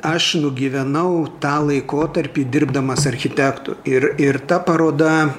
aš nugyvenau tą laikotarpį dirbdamas architektu ir ir ta paroda